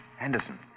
Anderson